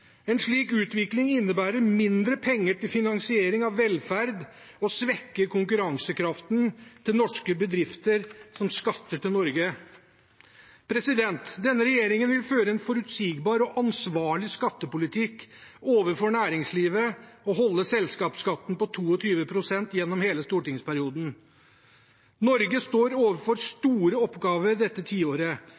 En slik utvikling innebærer mindre penger til finansiering av velferd og svekker konkurransekraften til norske bedrifter som skatter til Norge. Denne regjeringen vil føre en forutsigbar og ansvarlig skattepolitikk overfor næringslivet og holde selskapsskatten på 22 pst. gjennom hele stortingsperioden. Norge står overfor store oppgaver dette tiåret.